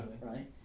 right